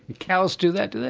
cows do that, do they?